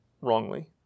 wrongly